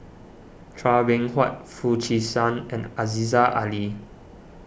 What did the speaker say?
Chua Beng Huat Foo Chee San and Aziza Ali